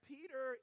Peter